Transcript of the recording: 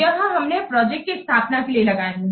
यह हमने प्रोजेक्ट की स्थापना के लिए लगाए हैं